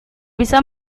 bisa